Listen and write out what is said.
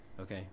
Okay